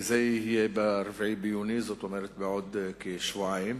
וזה יהיה ב-4 ביוני, בעוד כשבועיים.